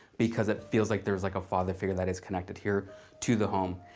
because it feels like there is like a father figure that is connected here to the home.